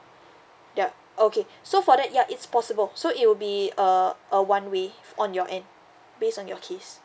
yup okay so for that ya it's possible so it will be a a one way on your end based on your case